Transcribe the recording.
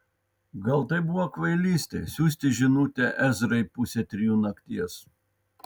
gal tai buvo kvailystė siųsti žinutę ezrai pusę trijų nakties